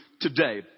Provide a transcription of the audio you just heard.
today